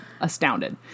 astounded